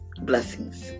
Blessings